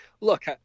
look